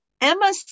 Emma